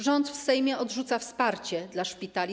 Rząd w Sejmie odrzuca wsparcie dla szpitali.